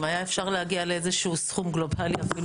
אם היה אפשר להגיע לאיזה שהוא סכום גלובלי אפילו בהתחלה.